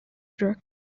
drug